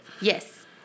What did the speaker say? Yes